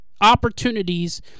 opportunities